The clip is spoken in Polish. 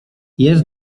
jest